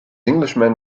englishman